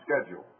schedule